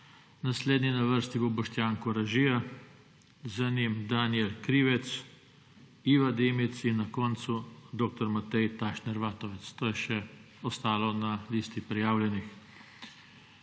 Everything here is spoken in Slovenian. Naslednji je na vrsti Boštjan Koražija, za njim Danijel Krivec, Iva Dimic in na koncu dr. Matej Tašner Vatovec. To je še ostalo na listi prijavljenih.